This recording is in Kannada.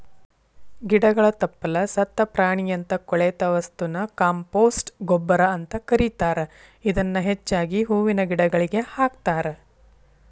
ಗಿಡಗಳ ತಪ್ಪಲ, ಸತ್ತ ಪ್ರಾಣಿಯಂತ ಕೊಳೆತ ವಸ್ತುನ ಕಾಂಪೋಸ್ಟ್ ಗೊಬ್ಬರ ಅಂತ ಕರೇತಾರ, ಇದನ್ನ ಹೆಚ್ಚಾಗಿ ಹೂವಿನ ಗಿಡಗಳಿಗೆ ಹಾಕ್ತಾರ